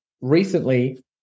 recently